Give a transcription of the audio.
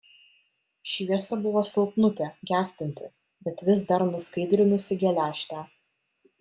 šviesa buvo silpnutė gęstanti bet vis dar nuskaidrinusi geležtę